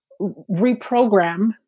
reprogram